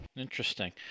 Interesting